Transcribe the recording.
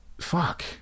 Fuck